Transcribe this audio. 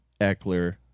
Eckler